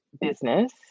business